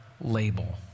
label